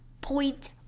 point